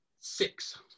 Six